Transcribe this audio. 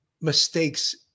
mistakes